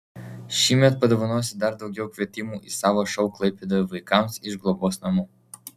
šįmet padovanosiu dar daugiau kvietimų į savo šou klaipėdoje vaikams iš globos namų